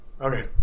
Okay